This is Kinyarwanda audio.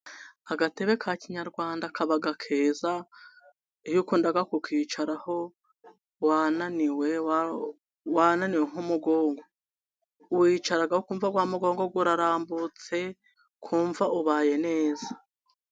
Agatebe ka kinyarwanda kaba keza iyo ukunda kukicaraho wananiwe, wananiwe nk'umugongo, wicaraho kumva wa mugongo urarambutse ukumva ubaye neza.